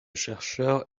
chercheur